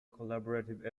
collaborative